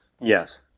yes